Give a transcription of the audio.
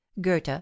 goethe